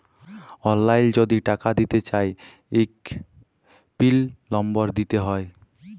অললাইল যদি টাকা দিতে চায় ইক পিল লম্বর দিতে হ্যয়